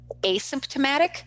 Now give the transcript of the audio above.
asymptomatic